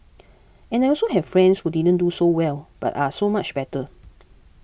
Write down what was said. and I also have friends who didn't do so well but are so much better